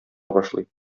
башлый